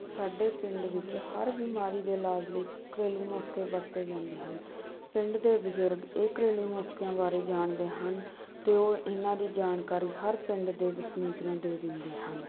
ਸਾਡੇ ਪਿੰਡ ਵਿੱਚ ਹਰ ਬਿਮਾਰੀ ਦੇ ਇਲਾਜ ਲਈ ਘਰੇਲੂ ਨੁਸਖੇ ਵਰਤੇ ਜਾਂਦੇ ਹਨ ਪਿੰਡ ਦੇ ਬਜ਼ੁਰਗ ਇਹ ਘਰੇਲੂ ਨੁਸਖਿਆਂ ਬਾਰੇ ਜਾਣਦੇ ਹਨ ਅਤੇ ਉਹ ਇਨ੍ਹਾਂ ਦੀ ਜਾਣਕਾਰੀ ਹਰ ਪਿੰਡ ਦੇ ਵਸਨੀਕ ਨੂੰ ਦੇ ਦਿੰਦੇ ਹਨ